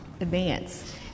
advance